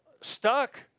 stuck